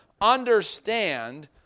understand